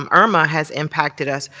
um irma has impacted us.